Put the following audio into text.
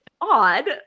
odd